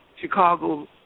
Chicago